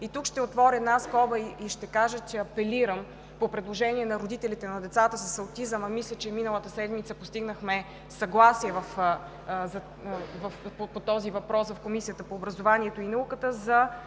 г. Тук ще отворя една скоба и ще кажа, господин Министър, че по предложение на родителите на децата с аутизъм апелирам, а мисля, че и миналата седмица постигнахме съгласие по този въпрос в Комисията по образованието и науката, за